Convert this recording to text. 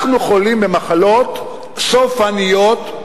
אנחנו חולים במחלות סופניות,